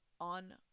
On